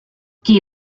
qui